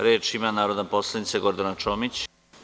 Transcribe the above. Reč ima narodna poslanica Gordana Čomić.